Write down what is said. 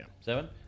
Seven